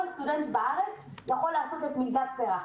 כל סטודנט בארץ יכול לעשות את מלגת פר"ח.